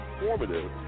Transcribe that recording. informative